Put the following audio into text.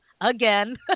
again